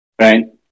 right